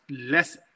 less